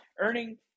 earning